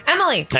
Emily